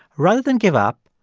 rather than give up,